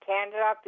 Canada